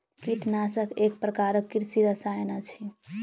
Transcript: कीटनाशक एक प्रकारक कृषि रसायन अछि